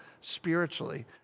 spiritually